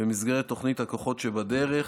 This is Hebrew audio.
במסגרת התוכנית הכוחות שבדרך,